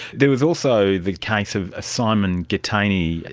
there was also the case of simon gittany,